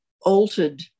altered